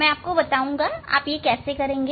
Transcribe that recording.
मैं बताऊंगा आप यह कैसे करेंगे